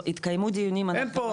אין פה,